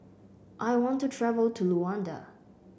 I want to travel to Luanda